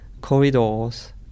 corridors